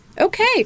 okay